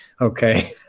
Okay